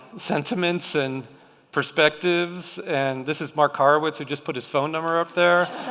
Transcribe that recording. sentiments and perspectives. and this is marc horowitz who just put his phone number up there.